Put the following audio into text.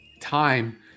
time